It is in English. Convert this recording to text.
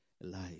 life